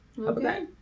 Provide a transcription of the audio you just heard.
Okay